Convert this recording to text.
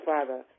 Father